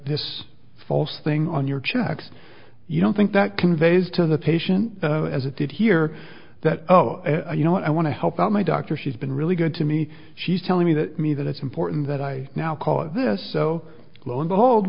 this false thing on your checks you don't think that conveys to the patient as it did here that oh you know what i want to help out my doctor she's been really good to me she's telling me that me that it's important that i now call this so lo and behold